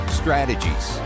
strategies